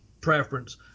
preference